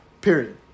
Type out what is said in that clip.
Period